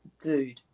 dude